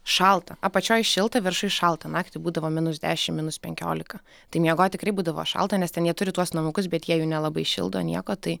šalta apačioj šilta viršuj šalta naktį būdavo minus dešimt minus penkiolika tai miegot tikrai būdavo šalta nes ten jie turi tuos namukus bet jie jų nelabai šildo nieko tai